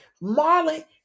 Marley